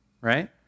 right